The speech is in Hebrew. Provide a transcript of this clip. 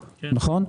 נכון?